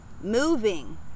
moving